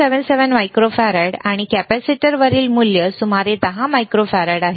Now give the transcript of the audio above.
77 microfarad आणि कॅपेसिटरवरील मूल्य सुमारे 10 मायक्रोफराड आहे